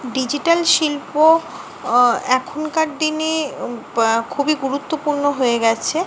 digital শিল্প এখনকার দিনে খুবই গুরুত্বপূর্ণ হয়ে গেছে